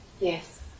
yes